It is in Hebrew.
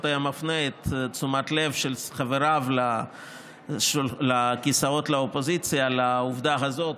היה מפנה את תשומת הלב של חבריו לכיסאות לאופוזיציה לעובדה הזאת,